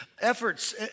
efforts